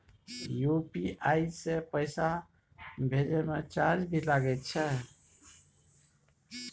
UPI से पैसा भेजै म चार्ज भी लागे छै?